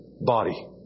body